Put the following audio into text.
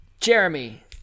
Jeremy